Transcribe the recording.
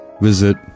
visit